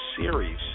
series